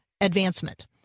advancement